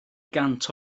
gant